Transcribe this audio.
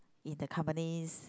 in the companies